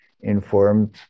informed